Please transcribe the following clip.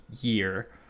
year